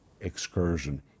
excursion